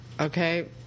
okay